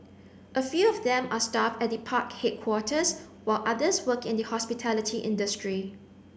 a few of them are staff at the park headquarters while others work in the hospitality industry